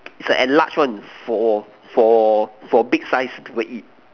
it's a enlarged one for for for big size people eat